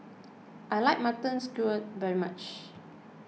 I like Mutton Stew very much